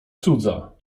cudza